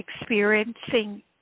experiencing